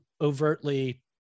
overtly